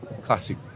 classic